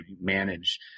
manage